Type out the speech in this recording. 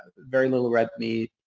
very little red meat.